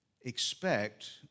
expect